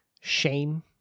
shame